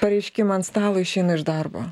pareiškimą ant stalo išeina iš darbo